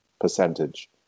percentage